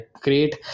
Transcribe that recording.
great